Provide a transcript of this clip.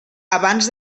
abans